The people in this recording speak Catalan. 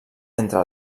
entre